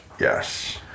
yes